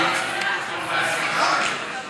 בעד סעיף 1, כהצעת